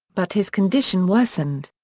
but his condition worsened.